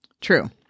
True